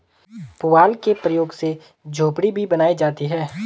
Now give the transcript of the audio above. पुआल के प्रयोग से झोपड़ी भी बनाई जाती है